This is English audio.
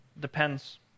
Depends